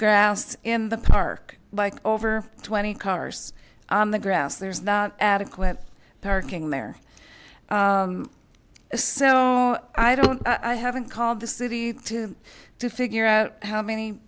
grass in the park by over twenty cars on the grass there's not adequate parking there so i don't i haven't called the city to to figure out how many